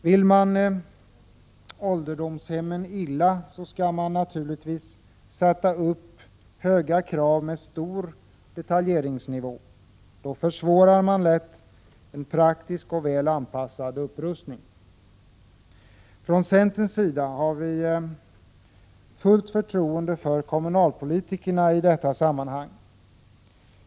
Vill man ålderdomshemmen illa skall man naturligtvis sätta upp höga krav med mycket detaljerade regler. Då försvårar man lätt en praktisk och väl avpassad upprustning. Vi i centern har fullt förtroende för kommunalpolitikerna i detta sammanhang.